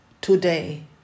today